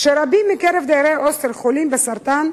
כשרבים מקרב דיירי ההוסטל חולים בסרטן,